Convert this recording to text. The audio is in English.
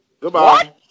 Goodbye